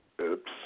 Oops